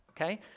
okay